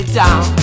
down